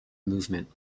movement